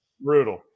Brutal